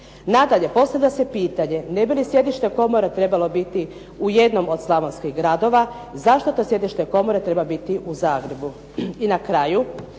Nadalje, postavlja se pitanje ne bi li sjedište komore trebalo biti u jednom od slavonskih gradova? Zašto to sjedište komore treba biti u Zagrebu?